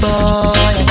Boy